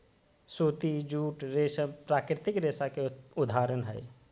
सूती, जूट, रेशम प्राकृतिक रेशा के उदाहरण हय